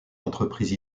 entreprises